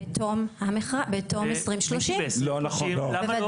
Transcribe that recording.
בתום 2030. לא נכון, לא.